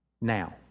Now